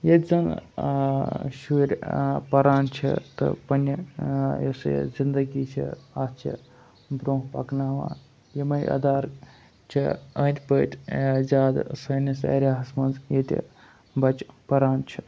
ییٚتہِ زَن شُرۍ پَران چھِ تہٕ پنٛنہِ یۄس یہِ زِندگی چھِ اَتھ چھِ بروںٛہہ پَکناوان یِمَے ادارٕ چھِ أنٛدۍ پٔتۍ زیادٕ سٲنِس ایریا ہَس منٛز ییٚتہِ بَچہِ پَران چھِ